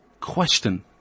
question